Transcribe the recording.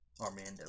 Armando